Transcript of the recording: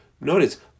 notice